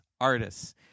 artists